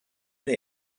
der